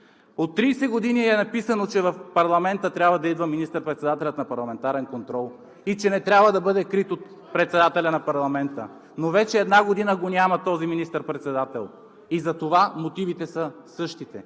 От 30 години е написано, че в парламента трябва да идва министър-председателят на парламентарен контрол и че не трябва да бъде крит от председателя на парламента, но вече една година го няма този министър-председател. Затова мотивите са същите,